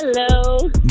Hello